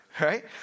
Right